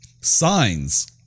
Signs